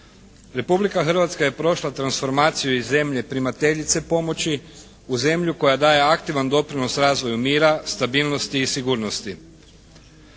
Republika Hrvatska je prošla transformaciju iz zemlje primateljice pomoći u zemlju koja daje aktivan doprinos razvoju mira, stabilnosti i sigurnosti.